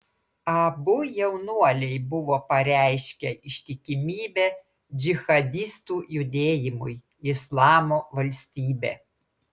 abu jaunuoliai buvo pareiškę ištikimybę džihadistų judėjimui islamo valstybė